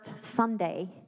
Sunday